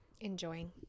Enjoying